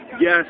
yes